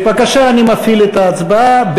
בבקשה, אני מפעיל את ההצבעה.